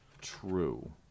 True